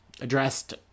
addressed